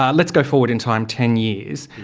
ah let's go forward in time ten years.